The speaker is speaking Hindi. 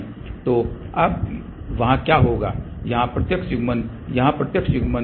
तो अब वहाँ क्या होगा यहाँ प्रत्यक्ष युग्मन यहाँ प्रत्यक्ष युग्मन